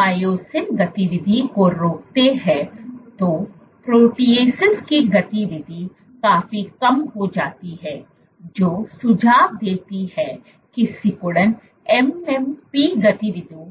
myosin गतिविधि को रोकते हैं तो प्रोटीएसस की गतिविधि काफी कम हो जाती है जो सुझाव देती है कि सिकुड़न MMP गतिविधि को नियंत्रित करती है